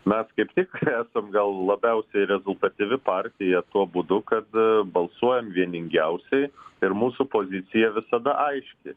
mes kaip tik esam gal labiausiai rezultatyvi partija tuo būdu kad balsuojam vieningiausiai ir mūsų pozicija visada aiški